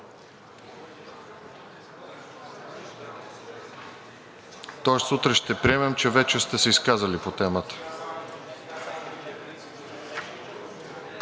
Тоест утре ще приемем, че вече сте се изказали по темата?